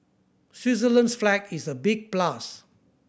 Switzerland's flag is a big plus